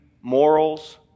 morals